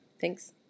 Thanks